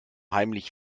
heimlich